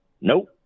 Nope